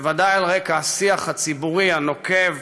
בוודאי על רקע השיח הציבורי הנוקב